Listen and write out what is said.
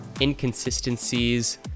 inconsistencies